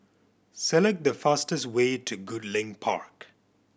select the fastest way to Goodlink Park